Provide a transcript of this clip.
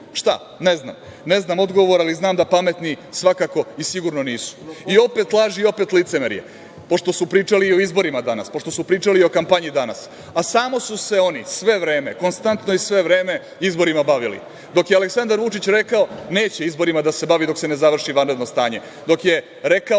šta? Ne znam. Ne znam odgovor ali znam da pametni svakako i sigurno nisu. I opet laž i opet licemerje, pošto su pričali o izborima danas, pošto su pričali i o kampanji danas, a samo su se oni sve vreme, konstantno i sve vreme, izborima bavili. Dok je Aleksandar Vučić rekao da neće izborima da se bavi dok se ne završi vanredno stanje, dok je rekao,